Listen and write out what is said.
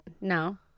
no